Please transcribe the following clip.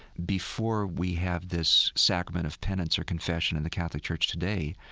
before we have this sacrament, of penance or confession in the catholic church today,